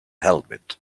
helmet